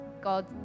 God